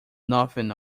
nothing